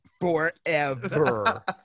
forever